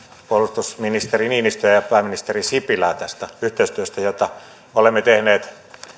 puolustusministeri niinistöä ja pääministeri sipilää tästä yhteistyöstä jota olemme tehneet